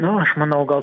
nu aš manau gal